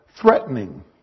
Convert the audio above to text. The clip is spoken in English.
threatening